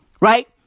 right